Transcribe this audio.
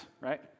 right